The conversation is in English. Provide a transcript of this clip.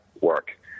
work